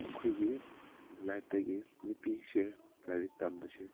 ꯑꯩꯈꯣꯏꯒꯤ ꯂꯥꯏꯐꯇꯒꯤ ꯅꯨꯄꯤꯁꯦ ꯂꯥꯏꯔꯤꯛ ꯇꯝꯕꯁꯦ